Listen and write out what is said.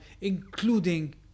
including